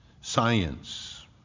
science